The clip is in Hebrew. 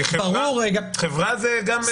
כחברה זה גם.